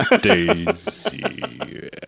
Daisy